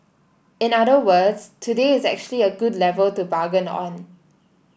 in other words today is actually a good level to bargain on